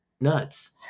nuts